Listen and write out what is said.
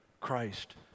Christ